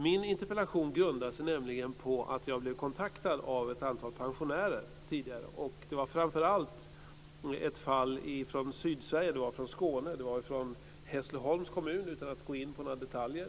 Min interpellation grundar sig på att jag tidigare blev kontaktad av ett antal pensionärer. Det var framför allt ett fall i Sydsverige, i Hässleholms kommun i Skåne, utan att gå in på några detaljer.